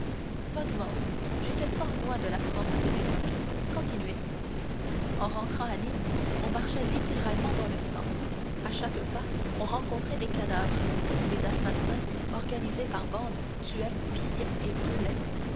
vaguement j'étais fort loin de la france à cette époque continuez en entrant à nîmes on marchait littéralement dans le sang à chaque pas on rencontrait des cadavres les assassins organisés par bandes tuaient pillaient et brûlaient